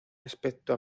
aspecto